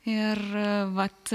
ir vat